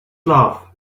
love